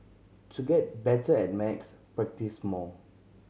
to get better at max practise more